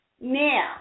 Now